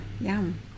yum